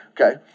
Okay